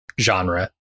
genre